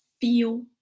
feel